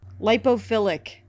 Lipophilic